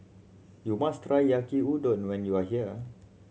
you must try Yaki Udon when you are here